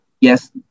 Yes